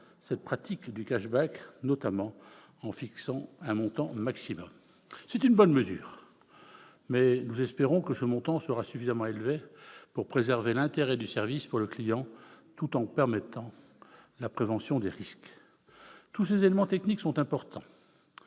cette pratique du, notamment en fixant un montant maximal. C'est une bonne mesure, mais nous espérons que ce montant sera suffisamment élevé pour préserver l'intérêt du service pour le client, tout en permettant la prévention des risques. Tous ces éléments techniques sont importants.